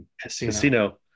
casino